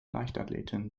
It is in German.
leichtathletin